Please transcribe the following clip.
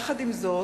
עם זאת,